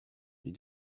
les